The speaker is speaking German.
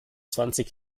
zwanzig